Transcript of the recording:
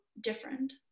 different